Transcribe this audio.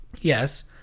Yes